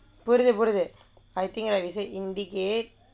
புரிது புரிது:purithu purithu I think like we say indicate